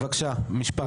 בבקשה משפט.